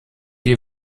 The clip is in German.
die